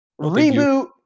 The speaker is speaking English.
Reboot